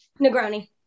Negroni